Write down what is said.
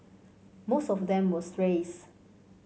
most of them were strays